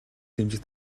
дэмжих